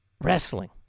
wrestling